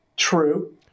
True